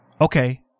okay